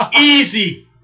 Easy